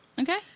Okay